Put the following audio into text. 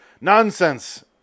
nonsense